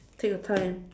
take your time